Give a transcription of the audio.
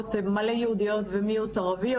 שבאות מלא יהודיות ומיעוט ערבי,